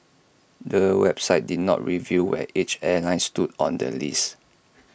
the website did not reveal where each airline stood on the list